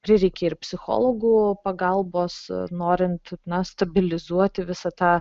prireikia ir psichologų pagalbos norint na stabilizuoti visą tą